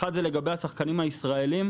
אחד זה לגבי השחקנים הישראלים.